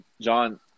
John